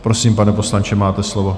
Prosím, pane poslanče, máte slovo.